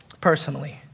Personally